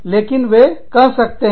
लेकिन वे कर सकते हैं